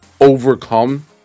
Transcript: overcome